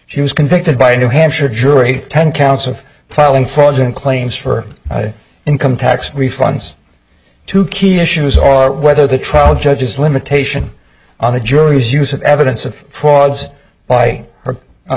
she was convicted by a new hampshire jury ten counts of filing fraudulent claims for income tax refunds two key issues or whether the trial judge's limitation on the jury's use of evidence of frauds by